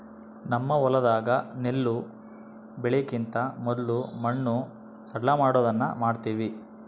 ನಮ್ಮ ಹೊಲದಾಗ ನೆಲ್ಲು ಬೆಳೆಕಿಂತ ಮೊದ್ಲು ಮಣ್ಣು ಸಡ್ಲಮಾಡೊದನ್ನ ಮಾಡ್ತವಿ